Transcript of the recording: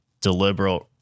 deliberate